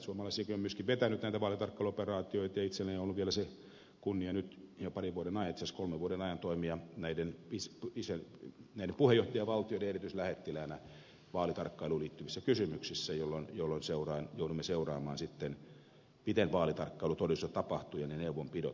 suomalaiset ovat myöskin vetäneet näitä vaalitarkkailuoperaatioita ja itselläni on vielä ollut kunnia nyt jo parin vuoden ajan itse asiassa kolmen vuoden ajan toimia näiden puheenjohtajavaltioiden erityislähettiläänä vaalitarkkailuun liittyvissä kysymyksissä jolloin joudumme sitten seuraamaan miten vaalitarkkailu ja neuvonpidot todellisuudessa tapahtuvat